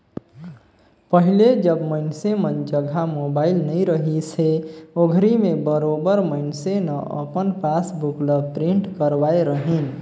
पहिले जब मइनसे मन जघा मोबाईल नइ रहिस हे ओघरी में बरोबर मइनसे न अपन पासबुक ल प्रिंट करवाय रहीन